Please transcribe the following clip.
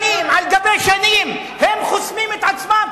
שנים על גבי שנים הם חוסמים את עצמם,